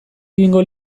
egingo